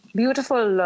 beautiful